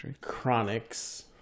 Chronics